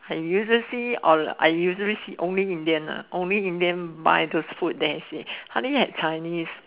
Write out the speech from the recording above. I usually see or I usually see only Indian lah only Indian buy those food there you see hardly have Chinese